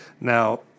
Now